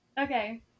Okay